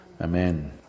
Amen